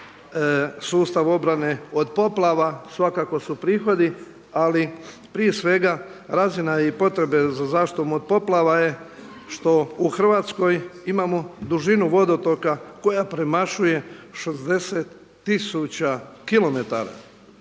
sustav obrane od poplava, svakako su prihodi ali prije svega razina je i potrebe za zaštitom od poplava je što u Hrvatskoj imamo dužinu vodotoka koja premašuje 60